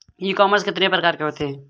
ई commerce कितने प्रकार के होते हैं?